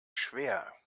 schwer